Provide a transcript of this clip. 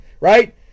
Right